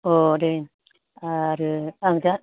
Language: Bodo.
अ दे आरो आं दा